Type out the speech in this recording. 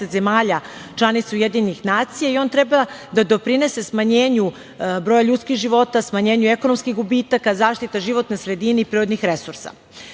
zemalja članica UN i on trba da doprinese smanjenju borja ljudskih života, smanjenju ekonomskih gubitaka, zaštita životne sredine i prirodnih